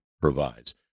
provides